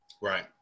Right